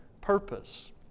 purpose